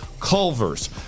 Culver's